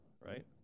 right